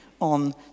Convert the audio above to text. on